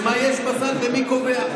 מה יש בסל ומי קובע.